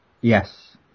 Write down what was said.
Yes